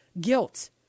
Guilt